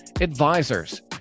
Advisors